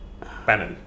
panel